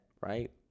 right